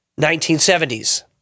1970s